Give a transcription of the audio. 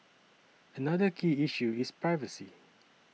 another key issue is privacy